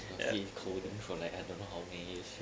you see coding for like I don't know how many years to